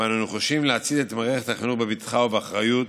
ואנו נחושים להצעיד את מערכת החינוך בבטחה ובאחריות,